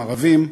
הם ערבים,